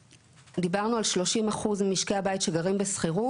דיברנו על 30 אחוז ממשקי הבית שגרים בשכירות.